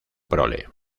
prole